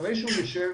אחרי שהוא אישר,